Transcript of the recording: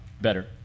better